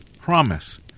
promise